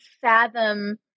fathom